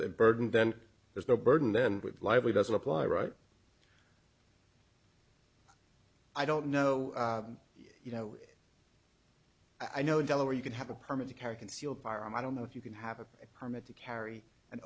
that burden then there's no burden then with lively doesn't apply right i don't know you know i know in delaware you can have a permit to carry concealed firearm i don't know if you can have a permit to carry an